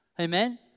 Amen